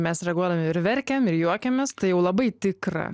mes reaguodami ir verkiam ir juokiamės tai jau labai tikra